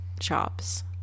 shops